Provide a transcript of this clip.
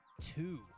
two